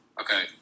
Okay